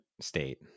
state